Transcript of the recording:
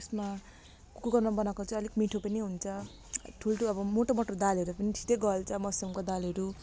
त्यसमा कुकरमा बनाको चाहिँ अलिक मिठो पनि हुन्छ ठुल्ठुलो अब मोटो मोटो दालहरू पनि छिटै गल्छ मस्यामको दालहरू